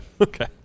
okay